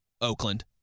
Oakland